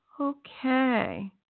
Okay